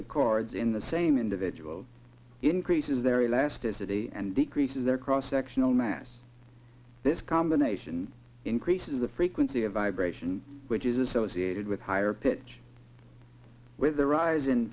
the cards in the same individual increases their elasticity and decreases their cross sectional mass this combination increases the frequency of vibration which is associated with higher pitch with the ris